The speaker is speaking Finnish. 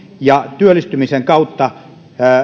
uskon että työllistymisen kautta